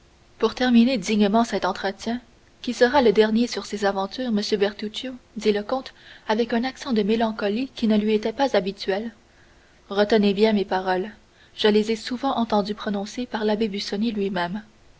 pour terminer dignement cet entretien qui sera le dernier sur ces aventures monsieur bertuccio dit le comte avec un accent de mélancolie qui ne lui était pas habituel retenez bien mes paroles je les ai souvent entendu prononcer par l'abbé busoni lui-même